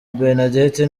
bernadette